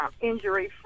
injury